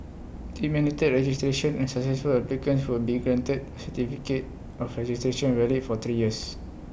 IT mandated registration and successful applicants would be granted A certificate of registration valid for three years